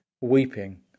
weeping